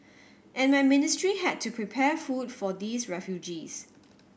and my ministry had to prepare food for these refugees